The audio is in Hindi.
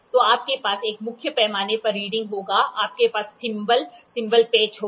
तो आपके पास एक मुख्य पैमाने पर रीडिंग होगा आपके पास थिम्बल थिम्बल पेंच होगा